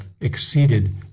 exceeded